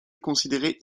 considérée